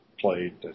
played